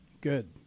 Good